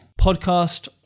podcast